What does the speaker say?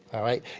all right?